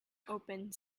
opened